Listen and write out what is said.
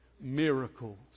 miracles